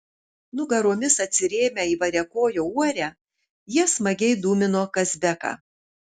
nugaromis atsirėmę į variakojo uorę jie smagiai dūmino kazbeką